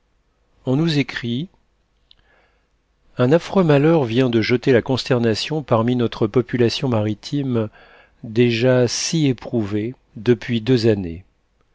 on nous écrit un affreux malheur vient de jeter la consternation parmi notre population maritime déjà si éprouvée depuis deux années